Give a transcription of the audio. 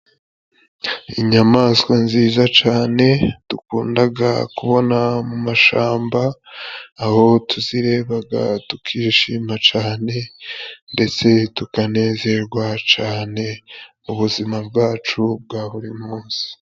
Inyamaswa nziza cane dukundaga kubona mu mumashamba aho tuzirebaga tukishima cane ndetse tukanezerwa cane mubuzima bwacu bwa buri munsi.